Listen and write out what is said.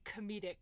comedic